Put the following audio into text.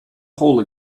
hole